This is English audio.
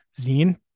zine